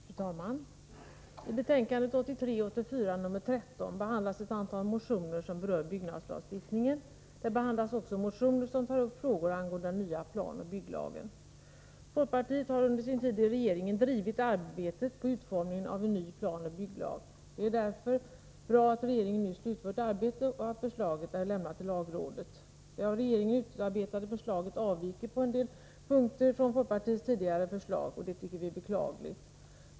Fru talman! I betänkande 1983/84:13 behandlas ett antal motioner som berör byggnadslagstiftningen. Där behandlas också motioner som tar upp frågor angående den nya planoch bygglagen. Folkpartiet har under sin tid i regeringen drivit arbetet på utformningen av en ny planoch bygglag. Det är därför bra att sittande regering nu slutfört arbetet och att förslaget är lämnat till lagrådet. Det av regeringen utarbetade förslaget avviker på en del väsentliga punkter från folkpartiets tidigare förslag, och det tycker vi är beklagligt.